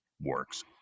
works